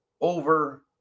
Over